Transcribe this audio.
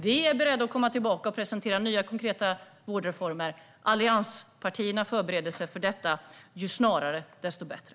Vi är beredda att komma tillbaka och presentera nya konkreta vårdreformer. Allianspartierna förbereder sig för detta - ju snarare, desto bättre.